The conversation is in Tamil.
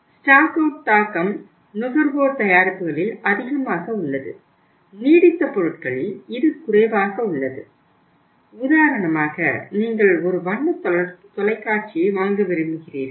ஸ்டாக் அவுட் தாக்கம் நுகர்வோர் தயாரிப்புகளில் அதிகமாக உள்ளது நீடித்த பொருட்களில் இது குறைவாக உள்ளது உதாரணமாக நீங்கள் ஒரு வண்ண தொலைக்காட்சியை வாங்க விரும்புகிறோம்